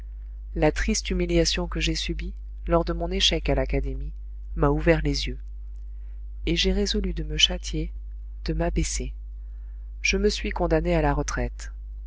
la triste humiliation que j'ai subie lors de mon échec à l'académie m'a ouvert les yeux et j'ai résolu de me châtier de m'abaisser je me suis condamné à la retraite